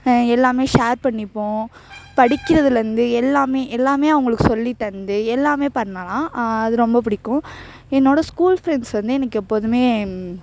எல்லாம் ஷேர் பண்ணிப்போம் படிக்கிறதுலேருந்து எல்லாம் எல்லாம் அவங்களுக்கு சொல்லி தந்து எல்லாம் பண்ணலாம் அது ரொம்ப பிடிக்கும் என்னோட ஸ்கூல் ஃப்ரெண்ட்ஸ் வந்து எனக்கு எப்போதும்